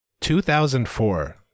2004